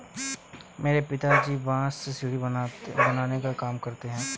मेरे पिताजी बांस से सीढ़ी बनाने का काम करते हैं